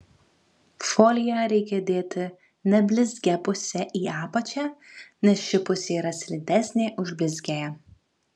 foliją reikia dėti neblizgia puse į apačią nes ši pusė yra slidesnė už blizgiąją